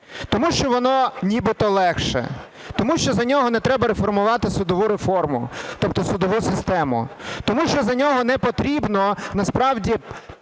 тому що воно нібито легше, тому що за нього не треба реформувати судову реформу, тобто судову систему, тому що за нього не потрібно насправді